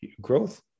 Growth